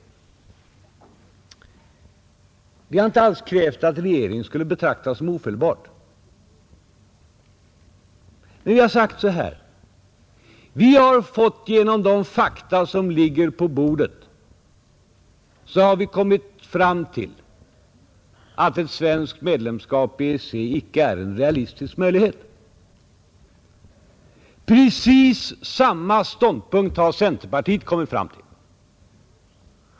Vi har inte alls krävt att regeringen skulle betraktas som ofelbar. Vi har sagt följande: Genom de fakta som ligger på bordet har vi kommit fram till att ett svenskt medlemskap i EEC icke är en realistisk möjlighet. Precis samma ståndpunkt har centerpartiet kommit fram till.